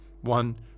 one